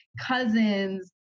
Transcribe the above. Cousins